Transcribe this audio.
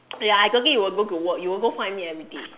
ya I don't think you will go to work you will go find me everyday